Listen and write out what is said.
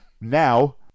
Now